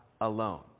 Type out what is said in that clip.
alone